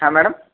ಹಾಂ ಮೇಡಮ್